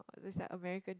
or it's like American